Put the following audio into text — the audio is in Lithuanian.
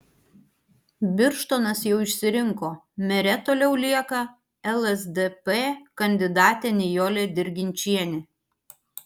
birštonas jau išsirinko mere toliau lieka lsdp kandidatė nijolė dirginčienė